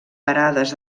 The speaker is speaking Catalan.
parades